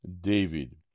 David